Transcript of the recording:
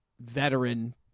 veteran